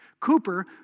Cooper